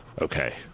okay